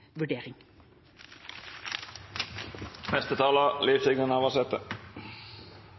Liadal og Liv Signe Navarsete